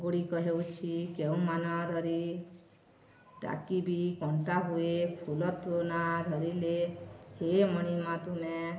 ଗୁଡ଼ିକ ହେଉଛି କେଉଁ ନାମ ଧରି ଡାକିବିି କଣ୍ଟା ହୁଏ ଫୁଲ ତୋ ନାଁ ଧରିଲେ ହେ ମଣିମା ତୁମେ